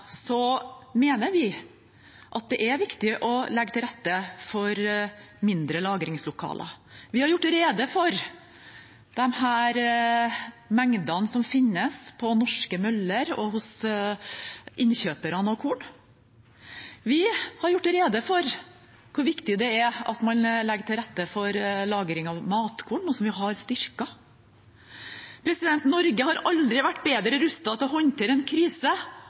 mener vi det er viktig å legge til rette for mindre lagringslokaler. Vi har gjort rede for de mengdene som finnes på norske møller og hos innkjøperne av korn. Vi har gjort rede for hvor viktig det er at man legger til rette for lagring av matkorn, noe vi har styrket. Norge har aldri vært bedre rustet til å håndtere en krise